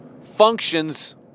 functions